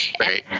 Right